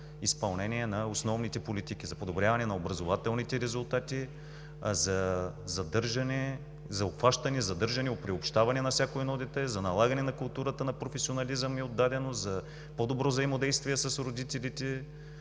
изпълнение на основните политики за подобряване на образователните резултати, за обхващане, задържане, приобщаване на всяко едно дете, за налагане на културата на професионализъм и отдаденост, за по-добро взаимодействие с родителите,